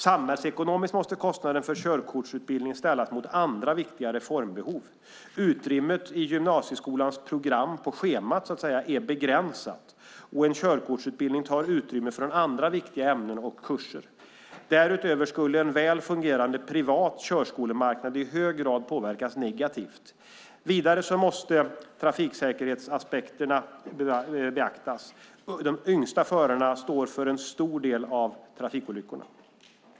Samhällsekonomiskt måste kostnaden för körkortsutbildningen ställas mot andra viktiga reformbehov. Utrymmet i gymnasieskolans program på schemat är begränsat och en körkortsutbildning tar utrymme från andra viktiga ämnen och kurser. Därutöver skulle en väl fungerande privat körskolemarknad i hög grad påverkas negativt. Vidare måste trafiksäkerhetsaspekterna beaktas. De yngsta förarna står för en stor andel av trafikolyckorna.